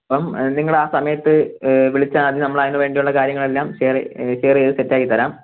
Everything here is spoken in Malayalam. ഇപ്പം നിങ്ങൾ ആ സമയത്ത് വിളിച്ചാൽ മതി നമ്മൾ അതിനുവേണ്ടിയുള്ള കാര്യങ്ങളെല്ലാം ഷെയർ ഷെയർ ചെയ്ത് സെറ്റ് ആക്കി തരാം